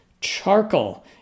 charcoal